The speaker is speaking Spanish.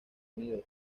unidos